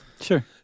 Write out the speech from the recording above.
Sure